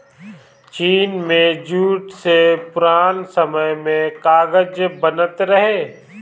चीन में जूट से पुरान समय में कागज बनत रहे